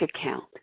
account